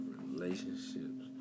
relationships